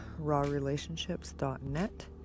rawrelationships.net